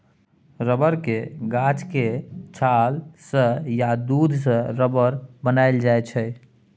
रबरक गाछक छाल सँ या दुध सँ रबर बनाएल जाइ छै